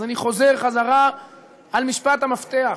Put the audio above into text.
אז אני חוזר על משפט המפתח: